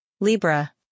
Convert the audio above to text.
Libra